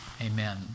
Amen